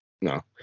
No